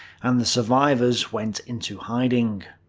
and the survivors went into hiding.